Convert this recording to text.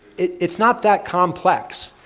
it's not that complex,